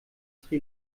sri